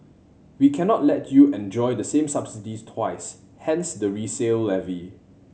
we cannot let you enjoy the same subsidies twice hence the resale levy